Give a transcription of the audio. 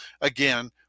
again